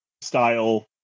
style